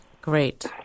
Great